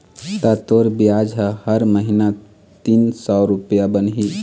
ता तोर बियाज ह हर महिना तीन सौ रुपया बनही